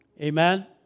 Amen